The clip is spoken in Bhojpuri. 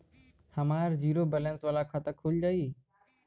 हमार जीरो बैलेंस वाला खाता खुल जाई?